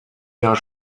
jahr